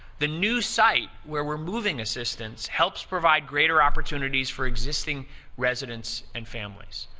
the new site where we're moving assistance helps provide greater opportunities for existing residents and families.